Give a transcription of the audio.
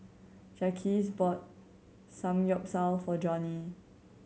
Jacquez bought Samgyeopsal for Joni